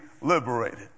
liberated